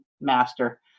master